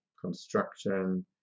construction